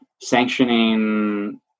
sanctioning